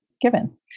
given